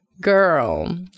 Girl